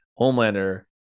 Homelander